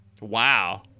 Wow